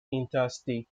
interstate